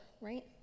right